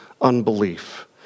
unbelief